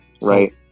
Right